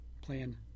plan